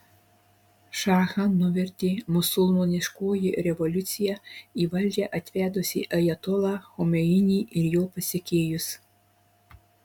šachą nuvertė musulmoniškoji revoliucija į valdžią atvedusi ajatolą chomeinį ir jo pasekėjus